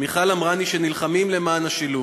ומיכל עמרני שנלחמים למען השילוב.